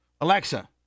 Alexa